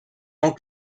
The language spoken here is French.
tant